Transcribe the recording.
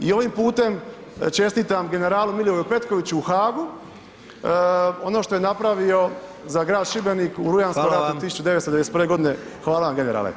I ovim putem čestitam generalu Milivoju Petkoviću u Haagu ono što je napravio za grad Šibenik u Rujanskom ratu 1991., [[Upadica: Hvala.]] hvala vam generale.